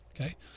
Okay